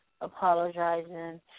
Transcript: apologizing